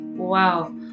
Wow